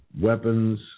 weapons